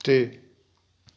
ਅਤੇ